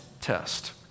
test